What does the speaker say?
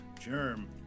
Germ